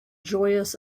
joyous